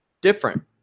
different